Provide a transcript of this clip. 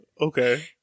Okay